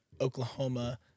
Oklahoma